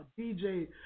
DJ